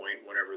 whenever